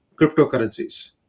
cryptocurrencies